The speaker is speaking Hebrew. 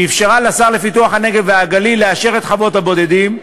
שאפשרה לשר לפיתוח הנגב והגליל לאשר את חוות הבודדים.